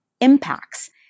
impacts